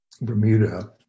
Bermuda